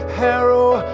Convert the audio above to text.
harrow